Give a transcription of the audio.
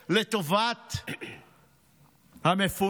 עליהם לטובת המפונים,